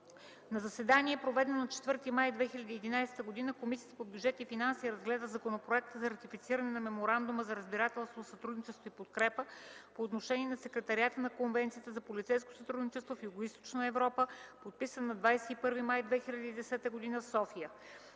На заседание, проведено на 4 май 2011 г., Комисията по бюджет и финанси разгледа Законопроекта за ратифициране на Меморандума за разбирателство за сътрудничество и подкрепа по отношение на Секретариата на Конвенцията за полицейско сътрудничество в Югоизточна Европа, подписан на 21 май 2010 г. в София.